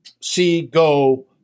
see-go